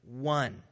one